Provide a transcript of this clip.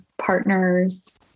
partners